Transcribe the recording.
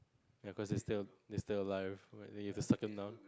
ya because it is still it still alive then you have to suck them down